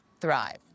thrive